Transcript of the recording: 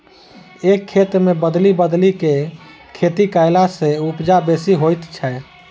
एक खेत मे बदलि बदलि क खेती कयला सॅ उपजा बेसी होइत छै